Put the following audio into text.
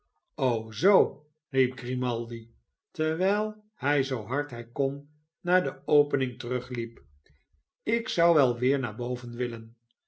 zoo riep grimaldi terwijl hij zoo hard hij kon naar de opening terugliep ik zou wel weer naar boven willen